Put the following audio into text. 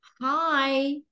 hi